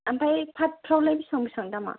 ओमफ्राय पातफ्रावलाय बेसेबां बेसेबां दामा